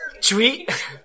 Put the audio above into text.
Tweet